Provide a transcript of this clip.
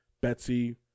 Betsy